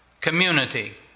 community